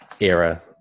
era